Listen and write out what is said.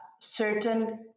certain